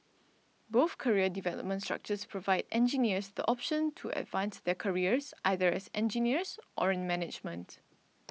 both career development structures provide engineers the option to advance their careers either as engineers or in management